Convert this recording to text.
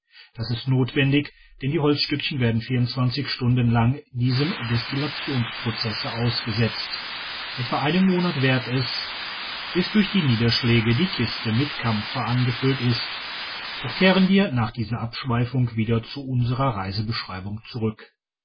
das ist notwendig denn die holzsttickchen werden vierundzwanzig stunden lang diesem destillationsprozesse ausgesetzt etwa einen monat währt es bis durch die niederschläge die kiste mit kampfer angefüllt ist doch kehren wir nach dieser abschweifung wieder zu unserer reisebeschreibung zurück